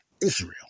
Israel